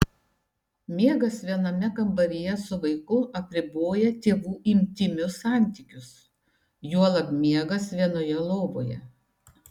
miegas viename kambaryje su vaiku apriboja tėvų intymius santykius juolab miegas vienoje lovoje